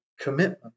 commitment